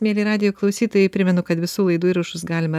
mieli radijo klausytojai primenu kad visų laidų įrašus galima